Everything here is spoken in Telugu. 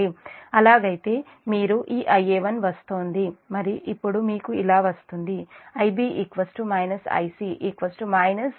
అలాగైతే మీకు ఈ Ia1 వస్తుంది మరి అప్పుడు మీకు ఇలా వస్తుంది Ib - Ic j3EaZ1Z2Zf